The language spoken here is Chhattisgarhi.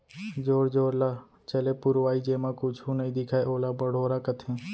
जोर जोर ल चले पुरवाई जेमा कुछु नइ दिखय ओला बड़ोरा कथें